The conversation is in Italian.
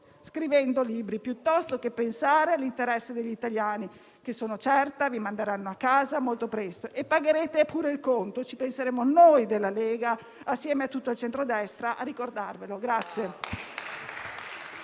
scrivendo libri piuttosto che pensare all'interesse degli italiani, che sono certa vi manderanno a casa molto presto! E pagherete anche il conto! Ci penseremo noi della Lega assieme a tutto il Centrodestra a ricordarvelo